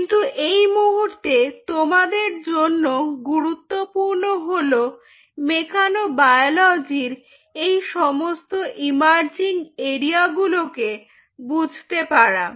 কিন্তু এই মুহূর্তে তোমাদের জন্য গুরুত্বপূর্ণ হলো মেকানো বায়োলজির এই সমস্ত ইমার্জিং এরিয়া গুলোকে বুঝতে পারা